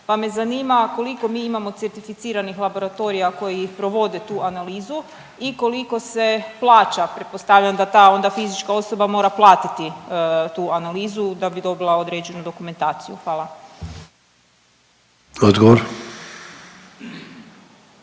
pa me zanima koliko mi imamo certificiranih laboratorija koji provode tu analizu i koliko se plaća? Pretpostavljam da ta onda fizička osoba mora platiti tu analizu da bi dobila određenu dokumentaciju. Hvala.